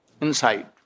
Inside